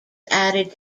added